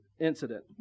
incident